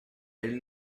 elles